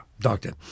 Doctor